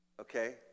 Okay